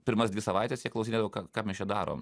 pirmas dvi savaites jie klausinėdavo ką mes čia darom